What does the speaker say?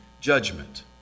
judgment